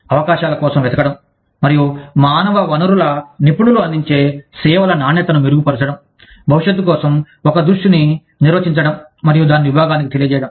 అవకాశాల కోసం వెతకడం మరియు మానవ వనరుల నిపుణులు అందించే సేవల నాణ్యతను మెరుగుపరచడం భవిష్యత్తు కోసం ఒక దృష్టిని నిర్వచించడం మరియు దానిని విభాగానికి తెలియజేయడం